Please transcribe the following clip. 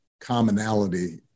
commonality